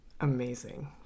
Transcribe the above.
amazing